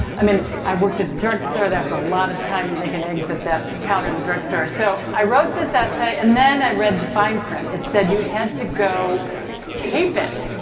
i mean, i worked at the drugstore. that was a lot of time making eggs at that counter in the drugstore. so, i wrote this essay and then i read the fine print. it said you had to go tape it.